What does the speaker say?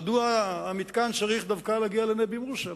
מדוע המתקן צריך להגיע דווקא לנבי-מוסא?